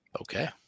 Okay